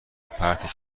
پرتش